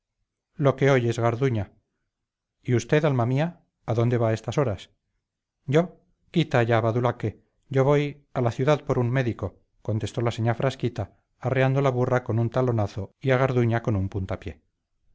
lo que oyes garduña y usted adónde va a estas horas yo quita allá badulaque yo voy a la ciudad por un médico contestó la señá frasquita arreando la burra con un talonazo y a garduña con un puntapié